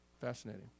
Fascinating